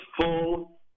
full